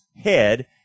head